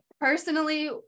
personally